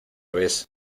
ves